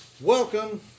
Welcome